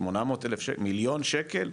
800 אלף שקל, מיליון שקל,